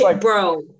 bro